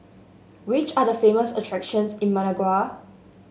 which are the famous attractions in Managua